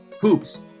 Hoops